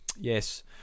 yes